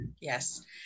Yes